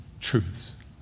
truth